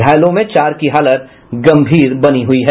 घायलों में चार की हालत गंभीर बनी हुई है